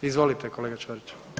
Izvolite kolega Ćorić.